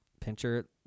pincher